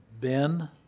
Ben